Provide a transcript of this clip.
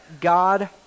god